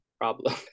problem